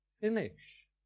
finish